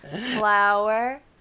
flower